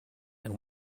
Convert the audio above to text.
and